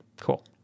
Cool